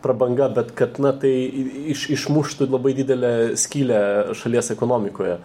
prabanga bet kad na tai iš išmuštų labai didelę skylę šalies ekonomikoje